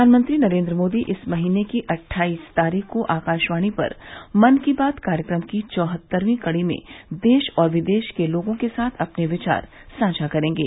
प्रधानमंत्री नरेंद्र मोदी इस महीने की अट्ठाईस तारीख को आकाशवाणी पर मन की बात कार्यक्रम की चौहत्तरवीं कडी में देश और विदेश के लोगों के साथ अपने विचार साझा करेंगे